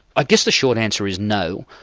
i guess the short answer is no,